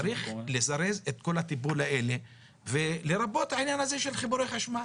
צריך לזרז את כל הטיפול הזה ולרבות העניין הזה של חיבורי חשמל.